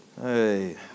Hey